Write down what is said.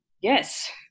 yes